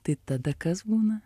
tai tada kas būna